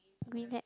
green hat